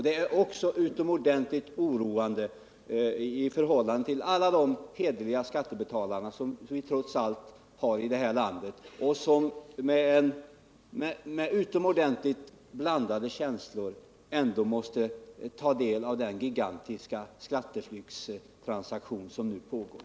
Det är också synnerligen oroande med tanke på alla de hederliga skattebetalare som vi trots allt har i detta land och som med mycket blandade känslor måste ta del av uppgifterna om den gigantiska skatteflyktstransaktion som nu pågår.